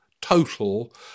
total